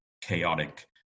chaotic